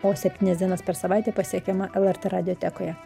po septynias dienas per savaitę pasiekiama lrt radiotekoje